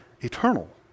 eternal